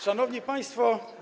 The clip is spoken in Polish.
Szanowni Państwo!